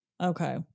Okay